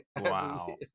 wow